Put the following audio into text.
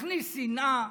מכניס שנאה,